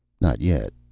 not yet.